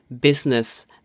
business